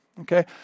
Okay